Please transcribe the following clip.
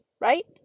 right